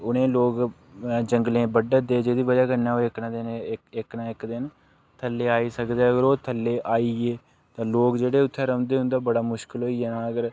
उ'नें ई लोक जंगलें ई बड्ढा दे जेह्दी बजह् कन्नै ओह् इक न इक दिन इक न इक दिन थ'ल्ले आई सकदे अगर ओह् थ'ल्ले आई गे ते लोग जेह्ड़े उ'त्थें रौह्ंदे उं'दा बड़ा मुश्कल होई जाना अगर